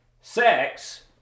sex